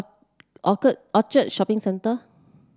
Orchard Shopping Centre